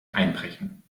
einbrechen